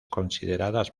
consideradas